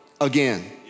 again